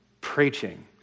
preaching